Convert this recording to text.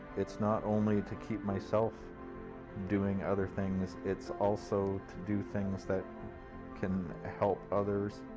it's not only to keep myself doing other things, it's also to do things that can help others.